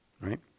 right